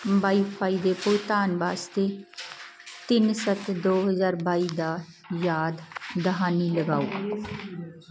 Y fi ਦੇ ਭੁਗਤਾਨ ਵਾਸਤੇ ਤਿੰਨ ਸੱਤ ਦੋ ਹਜ਼ਾਰ ਬਾਈ ਦਾ ਯਾਦ ਦਹਾਨੀ ਲਗਾਓ